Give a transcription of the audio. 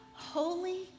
Holy